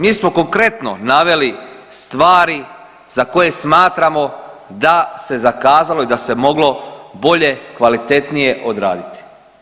Mi smo konkretno naveli stvari za koje smatramo da se zakazalo i da se moglo bolje, kvalitetnije odraditi.